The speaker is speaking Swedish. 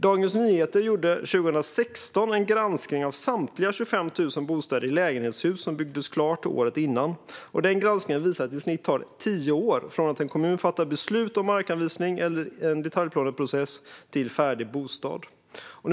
Dagens Nyheter gjorde 2016 en granskning av samtliga 25 000 bostäder i lägenhetshus som byggdes klart året före. Granskningen visade att det i snitt tar tio år från det att en kommun fattar beslut om markanvisning eller detaljplaneprocess till att det blir en färdig bostad. Fru talman!